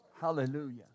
Hallelujah